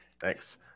Thanks